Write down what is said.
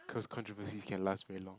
cause controversies can last very long